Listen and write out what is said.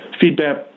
feedback